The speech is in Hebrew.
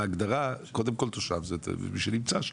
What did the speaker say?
בהגדרה קודם כל תושב זה מי שנמצא שם.